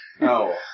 No